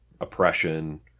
oppression